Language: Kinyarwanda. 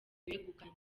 wegukanye